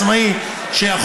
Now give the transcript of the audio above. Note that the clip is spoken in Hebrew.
עצמאי,